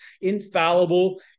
infallible